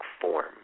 form